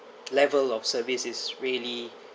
level of service is really